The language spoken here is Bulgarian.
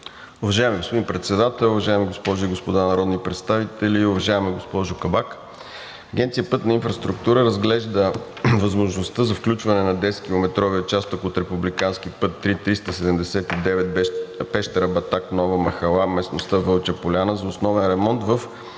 Уважаеми господин Председател, уважаеми госпожи и господа народни представители! Уважаема госпожо Кабак, Агенция „Пътна инфраструктура“ разглежда възможността за включване на 10-километровия участък от републикански път III 379 Пещера – Батак – Нова махала – местността Вълча поляна за основен ремонт в